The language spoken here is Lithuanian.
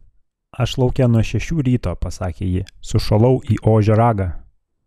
aš lauke nuo šešių ryto pasakė ji sušalau į ožio ragą